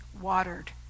watered